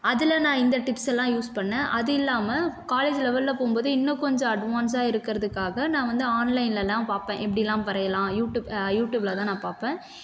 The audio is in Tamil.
அதில் நான் இந்த டிப்ஸ் எல்லாம் யூஸ் பண்ணிணேன் அது இல்லாமல் காலேஜ் லெவெலில் போகும்போது இன்னும் கொஞ்சம் அட்வான்ஸாக இருக்கிறதுக்காக நான் வந்து ஆன்லைன்லைலாம் பார்ப்பேன் எப்படிலாம் வரையலாம் யூடியூப் யூடியூபில்தான் நான் பார்ப்பேன்